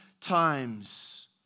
times